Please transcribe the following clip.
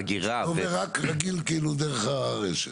אגירה --- אתה אומר שרק רגיל דרך הרשת.